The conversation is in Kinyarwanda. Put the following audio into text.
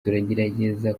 turagerageza